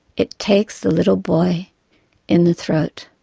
it takes the little boy in the throat.